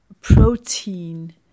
protein